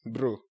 Bro